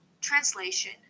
translation